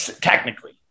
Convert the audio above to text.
Technically